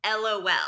LOL